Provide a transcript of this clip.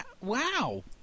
Wow